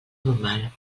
normal